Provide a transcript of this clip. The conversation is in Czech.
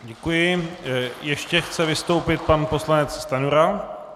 Děkuji, ještě chce vystoupit pan poslanec Stanjura.